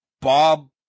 Bob